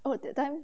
oh that time